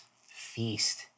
feast